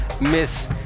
Miss